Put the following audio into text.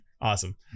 Awesome